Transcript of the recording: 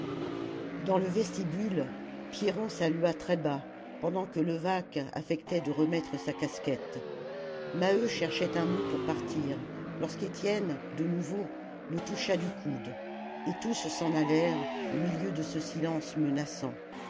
dans le vestibule pierron salua très bas pendant que levaque affectait de remettre sa casquette maheu cherchait un mot pour partir lorsque étienne de nouveau le toucha du coude et tous s'en allèrent au milieu de ce silence menaçant